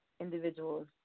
Individuals